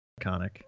iconic